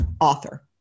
author